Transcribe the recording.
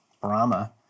Brahma